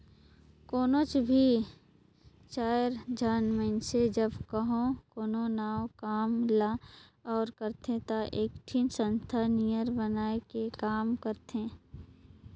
कोनोच भी चाएर झन मइनसे जब कहों कोनो नावा काम ल ओर करथे ता एकठिन संस्था नियर बनाए के काम करथें